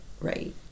right